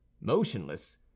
motionless